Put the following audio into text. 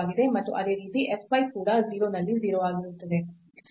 ಮತ್ತು ಅದೇ ರೀತಿ f y ಕೂಡ 0 ನಲ್ಲಿ 0 ಆಗಿರುತ್ತದೆ